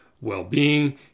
well-being